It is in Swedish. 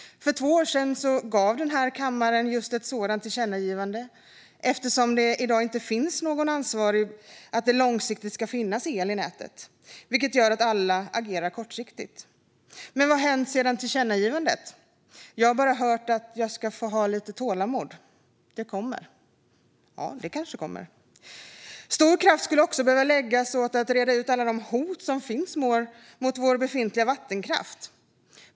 För två år sedan gjorde kammaren just ett sådant tillkännagivande eftersom det i dag inte finns någon som är ansvarig för att det långsiktigt ska finnas el i nätet. Detta gör att alla agerar kortsiktigt. Men vad har hänt efter tillkännagivandet? Jag har bara hört att jag måste ha lite tålamod och att det kommer. Ja, det kanske det gör. Stor kraft skulle också behöva läggas på att reda ut alla de hot som finns mot vår befintliga vattenkraft.